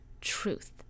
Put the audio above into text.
truth